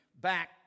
back